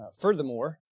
Furthermore